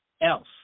else